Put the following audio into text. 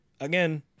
again